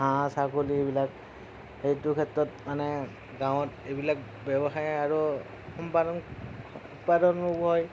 হাঁহ ছাগলী এইবিলাক এইটো ক্ষেত্ৰত মানে গাঁৱত এইবিলাক ব্যৱসায় আৰু সম্পাদন উৎপাদনো হয়